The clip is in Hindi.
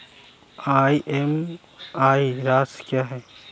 ई.एम.आई राशि क्या है?